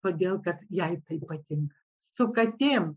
todėl kas jai taip patinka su katėm